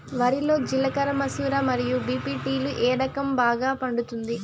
వరి లో జిలకర మసూర మరియు బీ.పీ.టీ లు ఏ రకం బాగా పండుతుంది